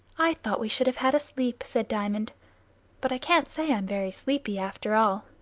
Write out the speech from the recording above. i thought we should have had a sleep, said diamond but i can't say i'm very sleepy after all.